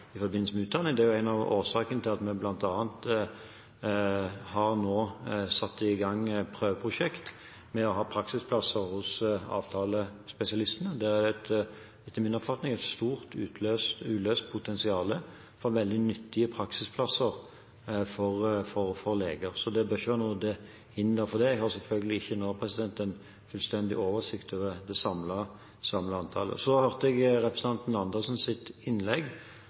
i forbindelse med utdanning. Det er en av årsakene til at vi nå bl.a. har satt i gang prøveprosjekt med å ha praksisplasser hos avtalespesialistene. Det er etter min oppfatning et stort uløst potensial for veldig nyttige praksisplasser for leger, så det bør ikke være noe til hinder for det. Jeg har selvfølgelig ikke en fullstendig oversikt over det samlede antallet nå. Jeg hørte representanten Andersens innlegg,